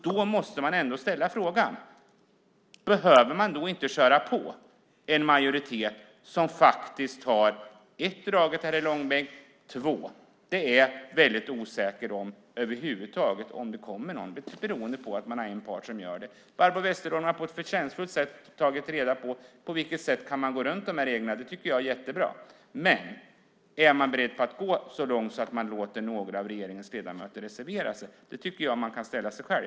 Då måste man ändå ställa frågan: Behöver man då inte köra på en majoritet som för det första faktiskt har dragit detta i långbänk och för det andra är väldigt osäker på om det över huvud taget kommer någon proposition? Barbro Westerholm har på ett förtjänstfullt sätt tagit reda på på vilket sätt man kan gå runt dessa regler. Det tycker jag är jättebra, men är man beredd att gå så långt att man låter några av regeringens ledamöter reservera sig? Jag tycker man kan ställa sig den frågan själv.